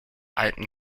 alten